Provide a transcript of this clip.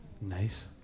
Nice